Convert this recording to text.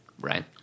right